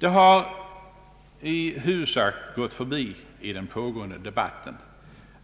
Det har i huvudsak gått förbi i den pågående debatten